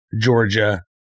Georgia